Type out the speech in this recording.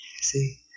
See